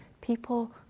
people